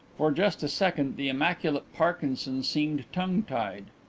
for just a second the immaculate parkinson seemed tongue-tied.